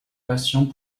patient